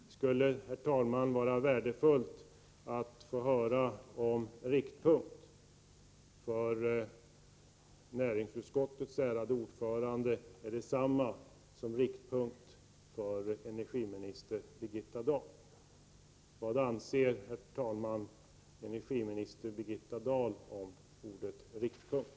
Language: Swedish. Det skulle, herr talman, vara värdefullt att få höra om ”riktpunkt” för näringsutskottets ärade ordförande är detsamma som riktpunkt för energiminister Birgitta Dahl. Vad anser energiministern om ordet riktpunkt?